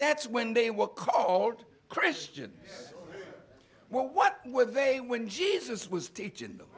that's when they were called christian what were they when jesus was teaching them